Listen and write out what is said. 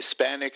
Hispanics